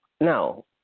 No